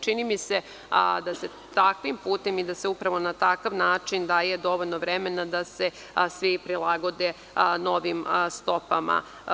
Čini mi se da se takvim putem i na takav način daje dovoljno vremena da se svi prilagode novim stopama.